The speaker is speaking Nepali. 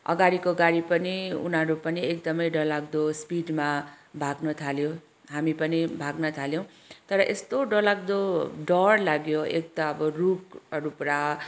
अगाडिको गाडी पनि उनीहरू पनि एकदमै डरलाग्दो स्पिडमा भाग्नु थाल्यो हामी पनि भाग्न थाल्यौँ तर यस्तो डरलाग्दो डर लाग्यो एक त अब रुखहरू पुरा